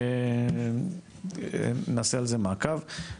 נעשה על זה מעקב.